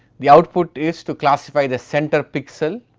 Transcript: the output is to classify the centre pixel,